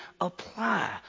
apply